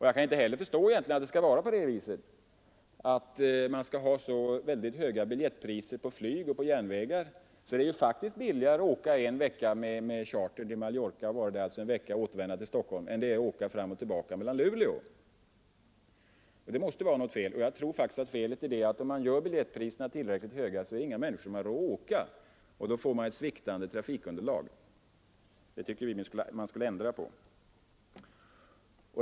Jag kan egentligen inte heller förstå att man skall hålla så höga biljettpriser för flygoch tågresor att det faktiskt är billigare att fara i väg till en vistelse på Mallorca en vecka och återvända till Stockholm än att resa fram och tillbaka mellan Stockholm och Luleå. Det måste vara något fel i detta. Jag tror att felet är att om man gör biljettpriserna tillräckligt höga har inga människor råd att använda transportmedlet i fråga, som då får ett sviktande trafikunderlag. Vi tycker att man skulle ändra på detta.